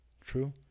True